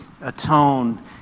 atone